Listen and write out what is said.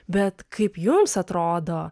bet kaip jums atrodo